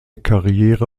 karriere